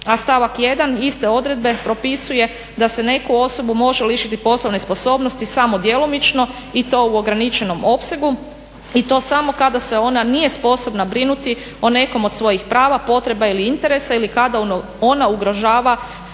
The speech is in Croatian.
a stavak 1. iste odredbe propisuje da se neku osobu može lišiti poslovne sposobnosti smo djelomično i to u ograničenom opsegu i to samo kada se ona nije sposobna brinuti o nekom od svojih prava, potreba ili interesa ili kada ona ugrožava